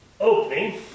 opening